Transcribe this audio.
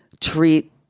treat